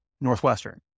Northwestern